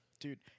Dude